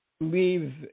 leave